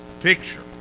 picture